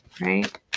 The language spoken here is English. right